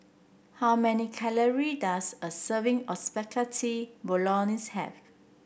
how many calorie does a serving of Spaghetti Bolognese have